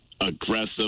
aggressive